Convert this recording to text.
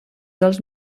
dels